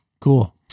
Cool